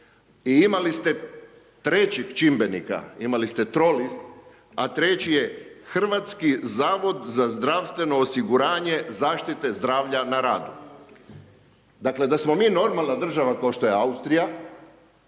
i imali ste trećeg čimbenika, imali ste trolist, a treći je HZZO zaštite zdravlja na radu. Dakle, da smo mi normalna država kao što je Austrija,